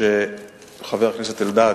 חבר הכנסת אלדד: